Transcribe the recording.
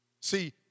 See